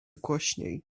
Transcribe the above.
głośniej